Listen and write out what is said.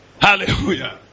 Hallelujah